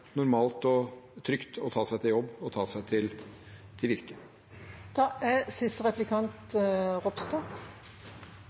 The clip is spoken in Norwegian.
normalt og trygt å ta seg til jobb og til virke. Statsministeren kunne ikke vite at strømprisen kom til